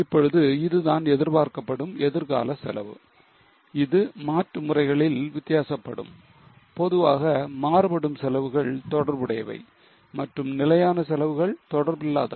இப்பொழுது இதுதான் எதிர்பார்க்கப்படும் எதிர்கால செலவு இது மாற்று முறைகளில் வித்தியாசப்படும் பொதுவாக மாறுபடும் செலவுகள் தொடர்புடையவை மற்றும் நிலையான செலவுகள் தொடர்பில்லாதவை